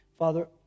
Father